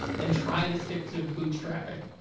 and try to stick to bootstrapping.